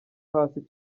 hasi